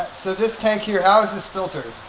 so this tank here, how is this filtered?